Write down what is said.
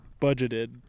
budgeted